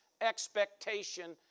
expectation